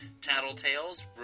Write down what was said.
Tattletales